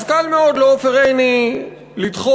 אז קל מאוד לעופר עיני לדחות